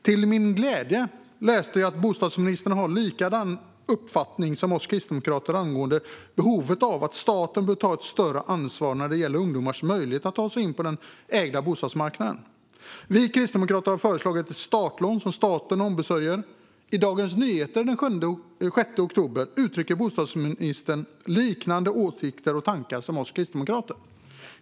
Till min glädje läste jag att bostadsministern har samma uppfattning som vi kristdemokrater angående behovet av att staten tar ett större ansvar när det gäller ungdomars möjlighet att ta sig in på marknaden för ägda bostäder. Vi kristdemokrater har föreslagit ett startlån som staten ombesörjer. I Dagens Nyheter den 6 oktober uttrycker bostadsministern liknande åsikter och tankar.